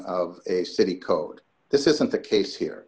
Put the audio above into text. of a city code this isn't the case here